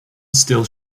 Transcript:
still